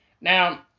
now